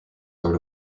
sort